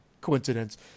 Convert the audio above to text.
coincidence